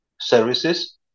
services